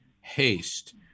haste